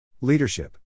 Leadership